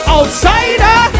Outsider